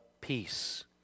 Peace